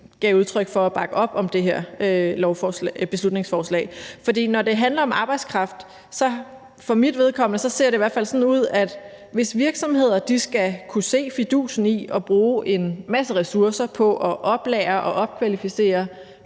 gav udtryk for at bakke op om det her beslutningsforslag. For når det handler om arbejdskraft, ser det i hvert fald for mit vedkommende sådan ud, at hvis virksomheder skal kunne se fidusen i at bruge en masse ressourcer på at oplære og opkvalificere